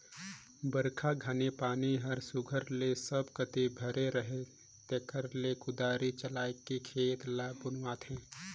बरिखा घनी पानी हर सुग्घर ले सब कती भरे रहें तेकरे ले कुदारी चलाएके खेत ल बनुवाथे